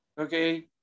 okay